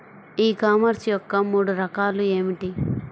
ఈ కామర్స్ యొక్క మూడు రకాలు ఏమిటి?